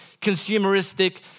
consumeristic